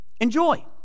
Enjoy